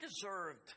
deserved